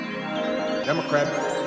Democrat